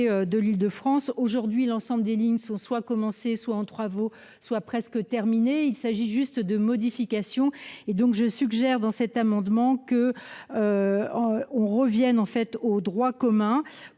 de l'île de France aujourd'hui, l'ensemble des lignes sont soit commencées soit en travaux, soit presque terminés, il s'agit juste de modifications et donc je suggère dans cet amendement que On revienne en fait au droit commun